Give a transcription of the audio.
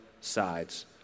sides